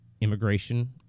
immigration